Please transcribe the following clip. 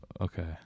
okay